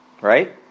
Right